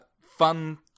fun